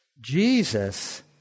Jesus